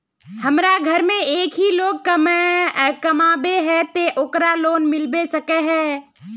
हमरा घर में एक ही लोग कमाबै है ते ओकरा लोन मिलबे सके है?